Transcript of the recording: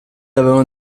avevano